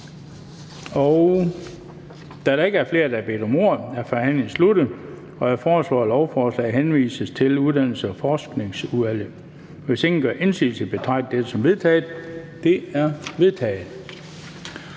Da der ikke er flere, der har bedt om ordet, er forhandlingen sluttet. Jeg foreslår, at lovforslaget henvises til Uddannelses- og Forskningsudvalget. Hvis ingen gør indsigelse, betragter jeg dette som vedtaget. Det er vedtaget.